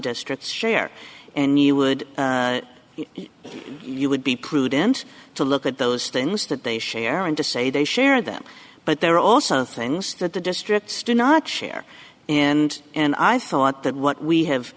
districts share and you would you would be prudent to look at those things that they share and to say they share them but there are also things that the districts to not share and and i thought that what we have